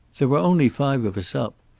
there were only five of us up.